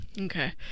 Okay